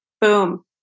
Boom